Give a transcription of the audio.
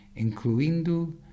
incluindo